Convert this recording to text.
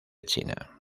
china